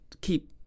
keep